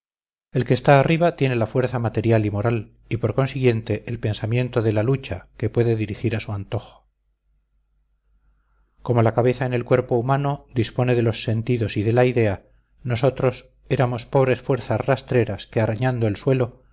el que está arriba tiene la fuerza material y moral y por consiguiente el pensamiento de la lucha que puede dirigir a su antojo como la cabeza en el cuerpo humano dispone de los sentidos y de la idea nosotros éramos pobres fuerzas rastreras que arañando el suelo